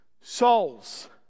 souls